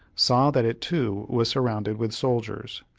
saw that it too was surrounded with soldiers.